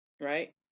right